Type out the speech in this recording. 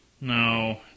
No